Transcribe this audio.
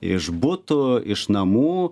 iš butų iš namų